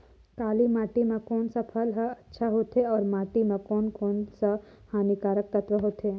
काली माटी मां कोन सा फसल ह अच्छा होथे अउर माटी म कोन कोन स हानिकारक तत्व होथे?